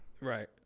Right